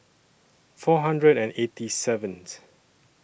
four hundred and eighty seventh